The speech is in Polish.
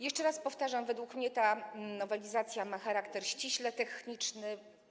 Jeszcze raz powtarzam, według mnie nowelizacja ma charakter ściśle techniczny.